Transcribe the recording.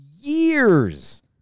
years